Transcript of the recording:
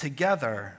Together